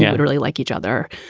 yeah it really like each other.